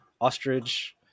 ostrich